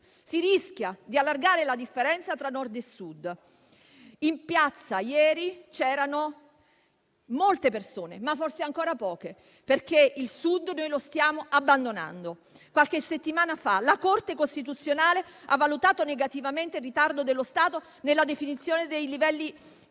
si rischia di allargare la differenza tra Nord e Sud. In piazza ieri c'erano molte persone, ma forse ancora poche, perché il Sud lo stiamo abbandonando. Qualche settimana fa la Corte costituzionale ha valutato negativamente il ritardo dello Stato nella definizione dei livelli essenziali